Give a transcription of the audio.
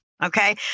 Okay